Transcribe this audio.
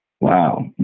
Wow